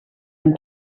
and